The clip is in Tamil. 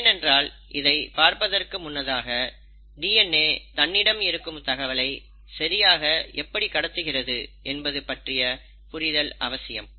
ஏனென்றால் இதை பார்ப்பதற்கு முன்னதாக டிஎன்ஏ தன்னிடம் இருக்கும் தகவலை சரியாக எப்படி கடத்துகிறது என்பது பற்றிய புரிதல் அவசியம்